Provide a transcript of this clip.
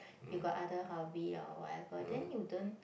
you got other hobby or whatever then you don't